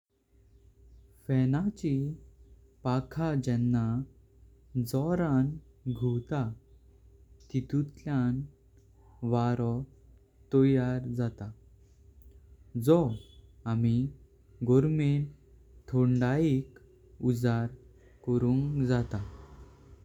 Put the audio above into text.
फाणाची फकः जेनां जोरान घुवता तीतूटल्यां वारो तोयार जातां। जो आमी गारमें थोंडाइक उजाड़ कड़ुंक जाता।